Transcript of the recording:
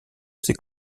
ces